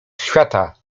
świata